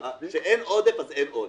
כשאין עודף אז אין עודף.